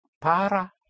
Para